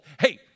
Hey